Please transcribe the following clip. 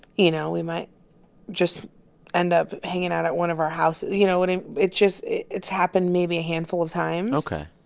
you know, we might just end up hanging out at one of our houses. you know, what i it just it's happened maybe a handful of times ok.